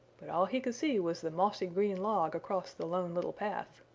but all he could see was the mossy green log across the lone little path.